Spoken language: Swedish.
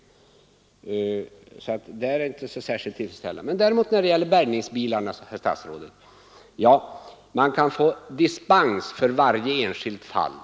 Därvidlag är förhållandena alltså inte särskilt tillfredsställande. När det gäller bärgningsbilarna, herr statsråd, kan man ju få dispens för varje enskilt fall.